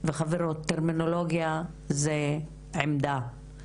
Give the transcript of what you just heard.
וחברות - טרמינולוגיה זה עמדה,